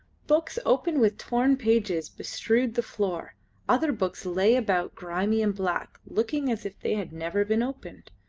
books open with torn pages bestrewed the floor other books lay about grimy and black, looking as if they had never been opened.